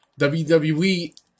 WWE